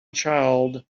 child